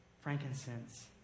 frankincense